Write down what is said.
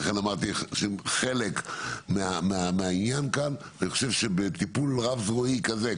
לכן אמרתי חלק מהעניין כאן אני חושב שבטיפול רב שבועי כזה,